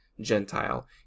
Gentile